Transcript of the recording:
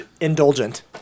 indulgent